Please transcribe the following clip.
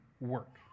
work